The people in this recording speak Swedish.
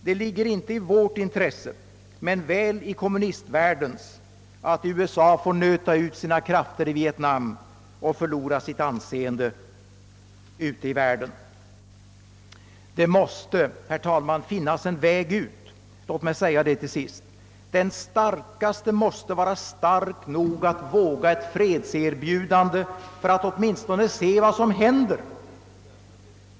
Det ligger inte i vårt intresse — men väl i kommunistvärldens — att USA får nöta ut sina krafter i Vietnam och förlora sitt anseende ute i världen. Det måste, herr talman, finnas en väg ut. Den starkaste måste vara stark nog att våga göra ett fredserbjudande för att åtminstone se vad som händer.